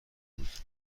بود